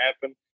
happen